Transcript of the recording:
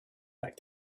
like